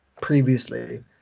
previously